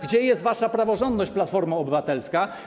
Gdzie jest wasza praworządność, Platformo Obywatelska?